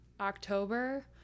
October